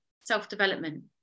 self-development